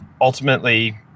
ultimately